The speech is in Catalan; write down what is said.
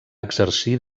exercir